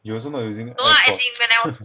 you also not using airpod